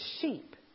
sheep